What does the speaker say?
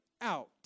out